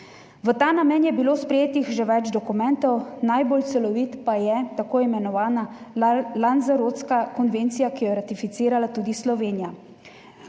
V ta namen je bilo sprejetih že več dokumentov, najbolj celovit pa je tako imenovana Lanzarotska konvencija, ki jo je ratificirala tudi Slovenija.